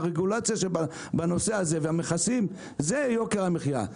הרגולציה בנושא הזה והמכסים, זה יוקר המחיה.